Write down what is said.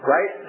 Right